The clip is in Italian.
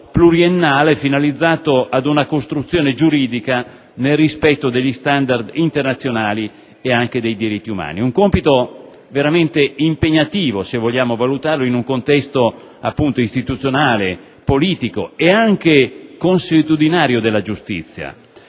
pluriennale, finalizzato alla costruzione giuridica, nel rispetto degli *standard* internazionali ed anche dei diritti umani. È stato un compito veramente impegnativo, se si valuta in un contesto istituzionale, politico ed anche consuetudinario della giustizia.